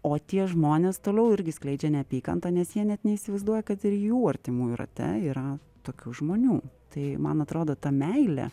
o tie žmonės toliau irgi skleidžia neapykantą nes jie net neįsivaizduoja kad ir jų artimųjų rate yra tokių žmonių tai man atrodo ta meilė